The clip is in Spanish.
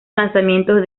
lanzamientos